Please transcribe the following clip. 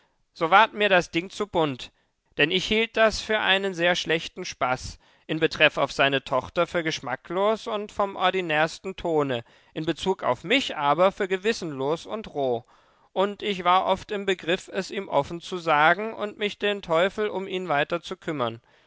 so ward mir das ding zu bunt denn ich hielt das für einen sehr schlechten spaß in betreff auf seine tochter für geschmacklos und vom ordinärsten tone in bezug auf mich aber für gewissenlos und roh und ich war oft im begriff es ihm offen zu sagen und mich den teufel um ihn weiter zu kümmern